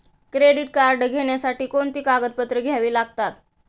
Credit card घेण्यासाठी कोणती कागदपत्रे घ्यावी लागतात?